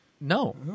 No